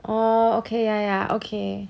oh okay ya ya okay